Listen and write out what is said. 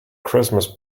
christmas